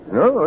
no